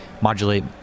modulate